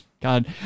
God